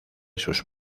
sus